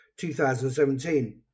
2017